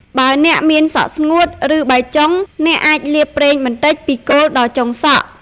បើអ្នកមានសក់ស្ងួត ឬបែកចុង អ្នកអាចលាបប្រេងបន្តិចពីគល់ដល់ចុងសក់។